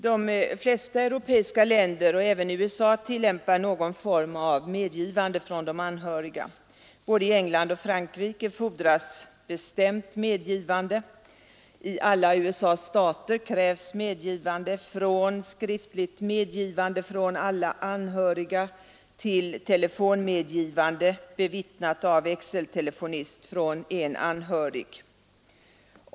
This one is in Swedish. De flesta europeiska länder och även USA tillämpar någon form av medgivande från de anhöriga. Både i England och i Frankrike fordras bestämt medgivande. I alla USA: stater krävs medgivande — från skriftligt medgivande av alla anhöriga till telefonmedgivande av en anhörig, bevittnat av växeltelefonist.